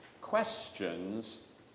questions